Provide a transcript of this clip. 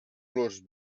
los